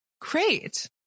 Great